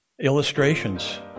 Illustrations